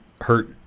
hurt